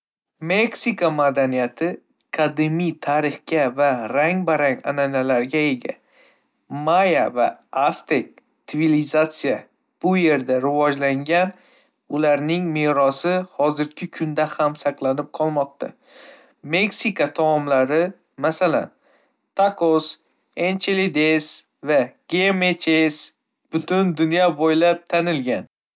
Meksika madaniyati qadimiy tarixga va rang-barang an'analarga ega. Maya va Aztek tsivilizatsiya bu erda rivojlangan, ularning merosi hozirgi kunda ham saqlanib qolmoqda. Meksika taomlari, masalan, tacos, enchiladas va gyemeches, butun dunyo bo'ylab tanil.